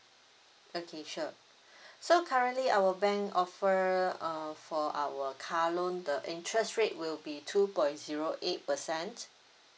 okay sure so currently our bank offer uh for our car loan the interest rate will be two point zero eight percent